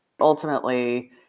Ultimately